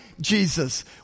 Jesus